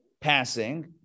passing